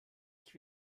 ich